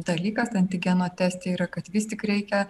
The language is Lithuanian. dalykas antigeno teste yra kad vis tik reikia